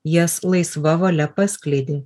jas laisva valia paskleidė